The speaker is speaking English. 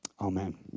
Amen